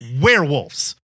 werewolves